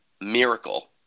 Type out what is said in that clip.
Miracle